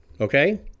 okay